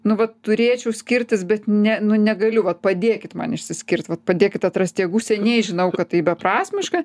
nu va turėčiau skirtis bet ne nu negaliu vat padėkit man išsiskirt vat padėkit atrasti jėgų seniai žinau kad tai beprasmiška